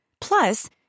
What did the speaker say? Plus